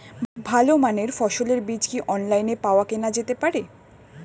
ভালো মানের ফসলের বীজ কি অনলাইনে পাওয়া কেনা যেতে পারে?